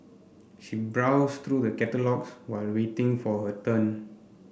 she browsed through the catalogues while waiting for her turn